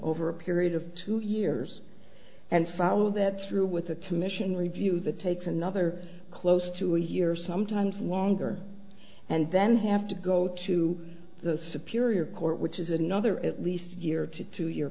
over a period of two years and follow that through with a commission review that takes another close to a year sometimes longer and then have to go to the superior court which is another at least a year to